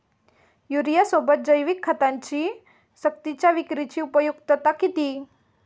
युरियासोबत जैविक खतांची सक्तीच्या विक्रीची उपयुक्तता किती?